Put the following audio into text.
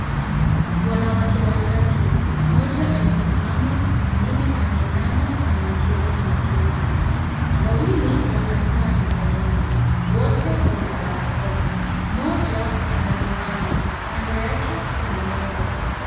Wanawake watatu, mmoja amesimama, mwengine ameinama na mwengine ameketi. Wawili wana saa mikononi. Wote wana barakoa. Mmoja ana miwani. Kando yake kuna meza.